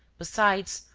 besides,